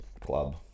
club